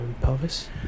pelvis